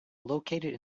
located